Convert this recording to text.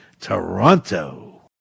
Toronto